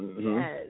Yes